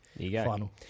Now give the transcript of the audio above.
final